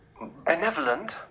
benevolent